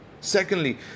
Secondly